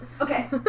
Okay